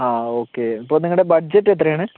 ആ ഓക്കേ അപ്പോൾ നിങ്ങളുടെ ബഡ്ജറ്റ് എത്രയാണ്